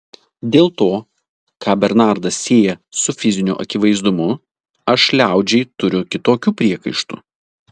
dėl to ką bernardas sieja su fiziniu akivaizdumu aš liaudžiai turiu kitokių priekaištų